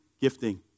gifting